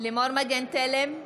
לימור מגן תלם,